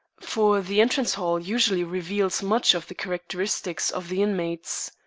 for the entrance hall usually reveals much of the characteristics of the inmates.